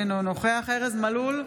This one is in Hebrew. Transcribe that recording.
אינו נוכח ארז מלול,